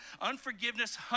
unforgiveness